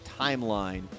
timeline